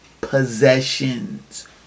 possessions